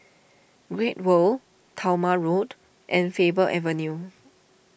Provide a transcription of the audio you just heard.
Great World Talma Road and Faber Avenue